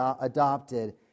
adopted